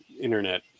internet